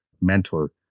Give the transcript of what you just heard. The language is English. mentor